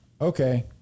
Okay